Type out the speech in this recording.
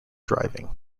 driving